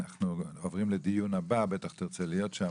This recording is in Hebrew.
אנחנו עוברים לדיון הבא, בטח תרצה להיות שם.